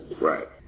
Right